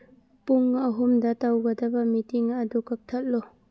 ꯄꯨꯡ ꯑꯍꯨꯝꯗ ꯇꯧꯒꯗꯕ ꯃꯤꯇꯤꯡ ꯑꯗꯨ ꯀꯛꯊꯠꯂꯨ